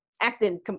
acting